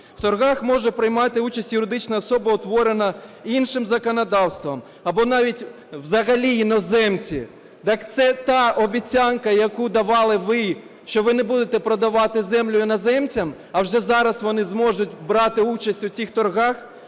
В торгах може приймати участь юридична особа, утворена іншим законодавством, або навіть взагалі іноземці. Так це та обіцянка, яку давали ви, що ви не будете продавати землю іноземцям, а вже зараз вони зможуть брати участь у цих торгах?